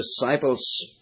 disciples